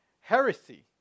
heresy